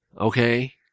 Okay